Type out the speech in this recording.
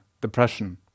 depression